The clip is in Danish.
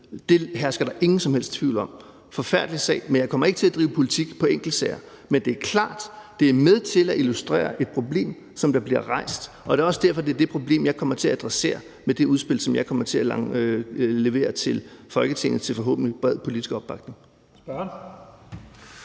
Det hersker der ingen som helst tvivl om. Det er en forfærdelig sag, men jeg kommer ikke til at drive politik på enkeltsager, men det er klart, at det er med til at illustrere et problem, som bliver rejst, og det er også derfor, det er det problem, jeg kommer til at adressere med det udspil, som jeg kommer til at levere til Folketinget med forhåbentlig bred politisk opbakning.